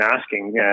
asking